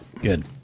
Good